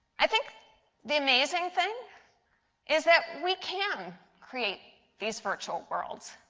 i think the amazing thing is that we can create these virtual worlds.